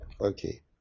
okay